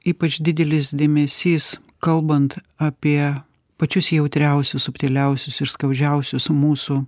ypač didelis dėmesys kalbant apie pačius jautriausius subtiliausius ir skaudžiausius mūsų